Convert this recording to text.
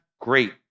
great